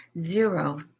Zero